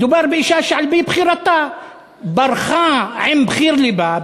מדובר באישה שעל-פי בחירתה ברחה עם בחיר לבה,